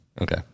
Okay